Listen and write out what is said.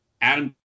Adam